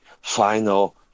final